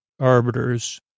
Arbiters